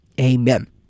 amen